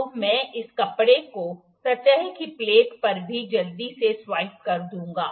तो मैं इस कपड़े को सतह की प्लेट पर भी जल्दी से स्वाइप कर दूंगा